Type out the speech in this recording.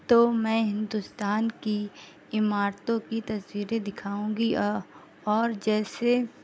تو میں ہندوستان کی عمارتوں کی تصویریں دکھاؤں گی اور جیسے